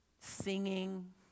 singing